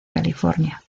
california